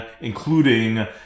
including